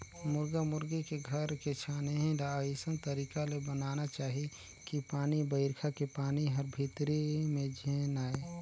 मुरगा मुरगी के घर के छानही ल अइसन तरीका ले बनाना चाही कि पानी बइरखा के पानी हर भीतरी में झेन आये